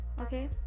okay